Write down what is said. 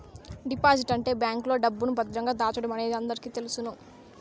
deposit అంటే బ్యాంకులో డబ్బును భద్రంగా దాచడమనేది అందరికీ తెలుసును